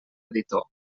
editor